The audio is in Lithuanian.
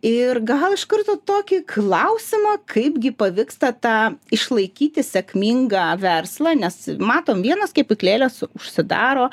ir gal iš karto tokį klausimą kaipgi pavyksta tą išlaikyti sėkmingą verslą nes matom vienos kepyklėlės užsidaro